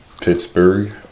Pittsburgh